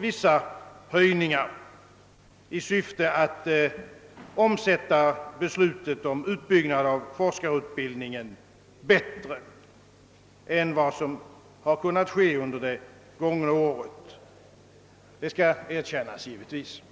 vissa höjningar i syfte att genomföra en utbyggnad av forskarutbildningen bättre än vad som har kunnat ske under det gångna året. Det skall villigt erkännas.